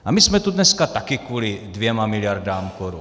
A my jsme tu dneska taky kvůli 2 miliardám korun.